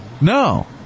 No